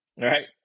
right